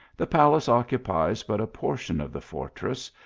the palace occupies but a por tion of the fortress,